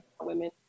women